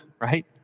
right